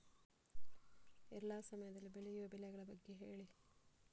ಎಲ್ಲಾ ಸಮಯದಲ್ಲಿ ಬೆಳೆಯುವ ಬೆಳೆಗಳ ಬಗ್ಗೆ ಹೇಳಿ